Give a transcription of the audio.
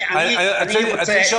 אני רוצה לשאול